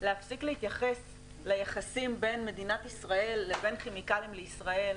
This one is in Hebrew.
להפסיק להתייחס ליחסים בין מדינת ישראל לבין כימיקלים לישראל